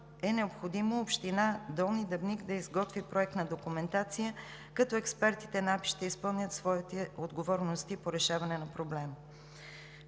е необходимо община Долни Дъбник да изготви проектна документация, като експертите на АПИ ще изпълнят своите отговорности по решаване на проблема.